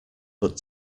but